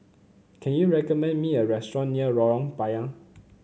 can you recommend me a restaurant near Lorong Payah